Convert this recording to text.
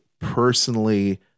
personally